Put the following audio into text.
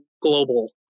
global